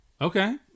Okay